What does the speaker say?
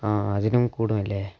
ആ അതിനും കൂടുമല്ലേ